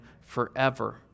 forever